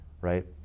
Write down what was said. Right